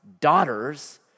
daughters